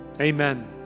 Amen